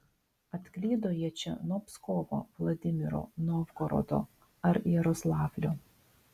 atklydo jie čia nuo pskovo vladimiro novgorodo ar jaroslavlio